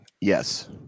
Yes